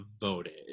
voted